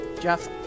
jeff